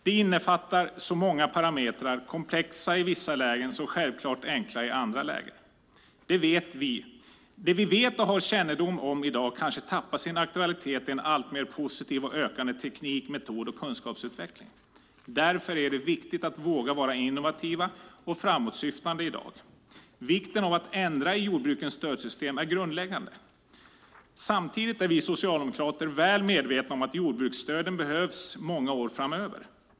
Den innefattar så många parametrar - komplexa i vissa lägen och så självklart enkla i andra lägen. Det vi vet och har kännedom om i dag kanske tappar sin aktualitet i en alltmer positiv och ökande teknik-, metod och kunskapsutveckling. Därför är det viktigt att man vågar vara innovativ och framåtsyftande i dag. Vikten av att ändra i jordbrukens stödsystem är grundläggande. Samtidigt är vi socialdemokrater väl medvetna om att jordbruksstöden behövs många år framöver.